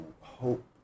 hope